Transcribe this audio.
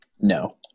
No